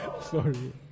sorry